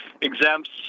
exempts